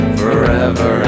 forever